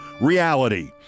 reality